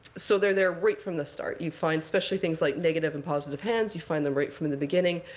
so they're there right from the start. you find specialty things like negative and positive hands. you find them right from the beginning.